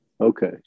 Okay